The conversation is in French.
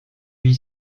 huit